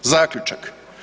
Zaključak.